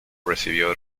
recibió